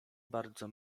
bardzo